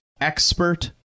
expert